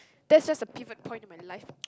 that's just a pivot point in my life